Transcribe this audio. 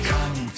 Come